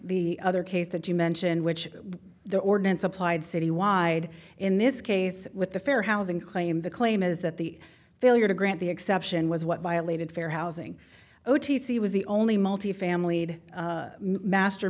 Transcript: the other case that you mention which the ordinance applied citywide in this case with the fair housing claim the claim is that the failure to grant the exception was what violated fair housing o t c was the only multifamily